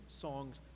songs